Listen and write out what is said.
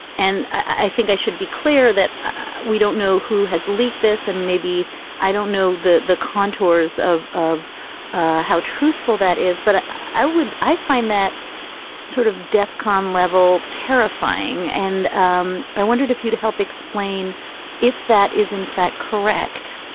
and i think i should be clear that we don't know who has leaked this and maybe i don't know the the contours of of how truthful that is but ah i would i find that sort of def con level terrifying and um i wondered if you'd help explain if that is in fact correct.